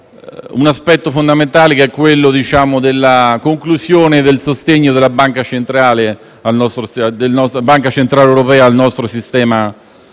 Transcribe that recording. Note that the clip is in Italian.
un aspetto fondamentale, che è la conclusione del sostegno della Banca centrale europea al nostro sistema bancario